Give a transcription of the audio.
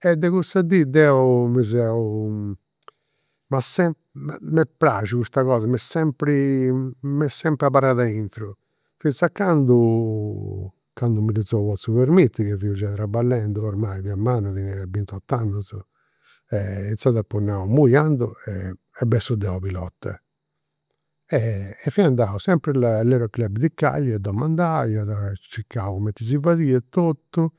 E de cussa dì deu mi seu m'at sempri, m'est praxiu custa cosa, m'est sempri m'est sempri abarrat aintru. Finzas a candu, candu mi ddu seu potziu permittiri ca fiu già traballendu ormai, fia mannu e tenia bintot'annus. E inzaras apu nau, andu e bessu deu u' pilota. E fia andau, sempri a l'aereo club di Cagliari, a domandai, ia circau cumenti si fadiat totu